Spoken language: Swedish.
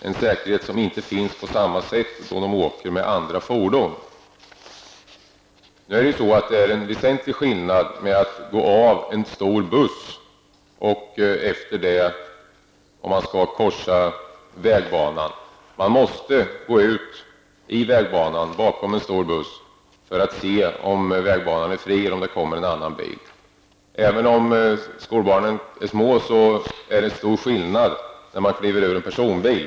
En säkerhet som inte finns på samma sätt när de åker med andra fordon. Det är en väsentlig skillnad på att gå av en stor buss och efter det korsa vägbanan -- man måste gå ut i vägbanan bakom en stor buss för att se om vägbanan är fri eller om det kommer en annan bil -- och att kliva ur en personbil. Detta gäller även om skolbarnen är små.